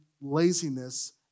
laziness